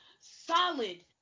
solid